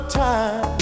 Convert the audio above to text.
time